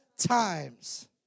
times